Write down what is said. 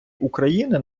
україни